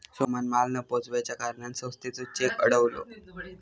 सोहमान माल न पोचवच्या कारणान संस्थेचो चेक अडवलो